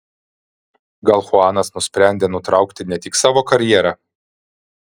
gal chuanas nusprendė nutraukti ne tik savo karjerą